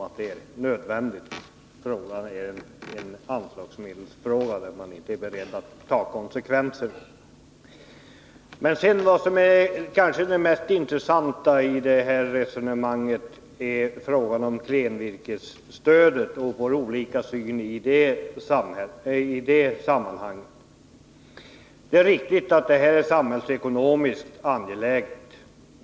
Frågan gäller anslagsmedlen — därvidlag är man inte beredd att ta konsekvenserna. Vad som kanske är det mest intressanta i det resonemang som här förts gäller frågan om klenvirkesstödet och våra olika uppfattningar i det sammanhanget. Det är riktigt att det är en samhällsekonomiskt angelägen fråga.